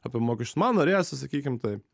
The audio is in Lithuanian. apie mokesčius man norėjosi sakykim taip